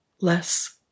less